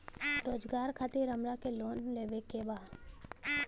रोजगार खातीर हमरा के लोन लेवे के बा?